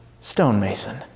Stonemason